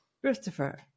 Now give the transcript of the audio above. Christopher